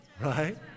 right